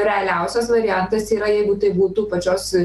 realiausias variantas yra jeigu tai būtų pačios